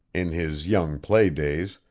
in his young play-days,